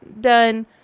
done